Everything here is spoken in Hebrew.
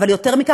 אבל יותר מכך,